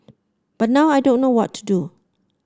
but now I don't know what to do